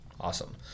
Awesome